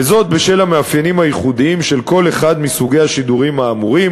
וזאת בשל המאפיינים הייחודיים של כל אחד מסוגי השידורים האמורים,